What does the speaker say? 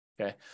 Okay